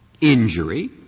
injury